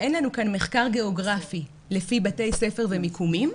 אין לנו כאן מחקר גיאוגרפי לפי בתי ספר ומיקומים,